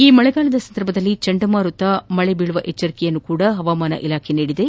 ಈ ಮಳೆಗಾಲದ ಸಂದರ್ಭದಲ್ಲಿ ಚಂಡಮಾರುತ ಮಳೆ ಬೀಳುವ ಎಚ್ಛರಿಕೆಯನ್ನು ಸಹ ಹವಾಮಾನ ಇಲಾಖೆ ನೀಡಿದೆ